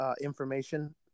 information